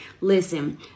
Listen